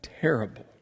terrible